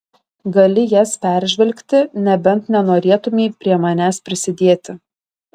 gali jas peržvelgti nebent nenorėtumei prie manęs prisidėti